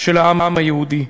של העם היהודי.